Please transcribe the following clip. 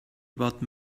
about